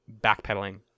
backpedaling